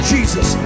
Jesus